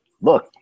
look –